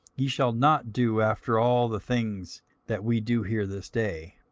ye shall not do after all the things that we do here this day,